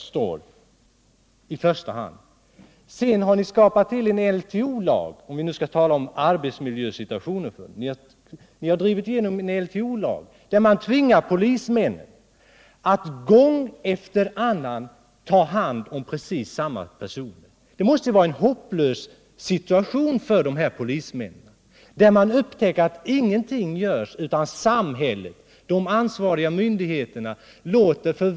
Sedan har ni drivit igenom en LTO-lag, om man nu skall tala om arbetssituationen, enligt vilken polismän tvingas att gång efter annan ta hand om precis samma person. Det måste vara en hopplös situation för dessa polismän. Man upptäcker att ingenting görs av samhället, av de ansvariga myndigheterna.